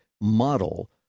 model